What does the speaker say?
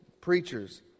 preachers